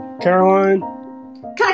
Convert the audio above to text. Caroline